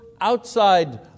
outside